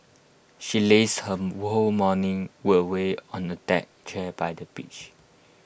she lazed her whole morning away on the deck chair by the beach